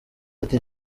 ati